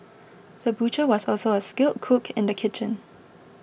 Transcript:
the butcher was also a skilled cook in the kitchen